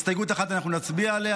הסתייגות אחת, אנחנו נצביע עליה.